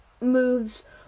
moves